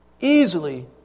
easily